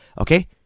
okay